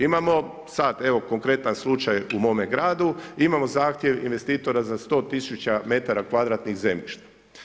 Imamo sad, evo konkretan slučaj u mome gradu, imamo zahtjev investitor za 100000 metara kvadratnih zemljišta.